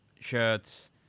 shirts